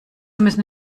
müssen